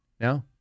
No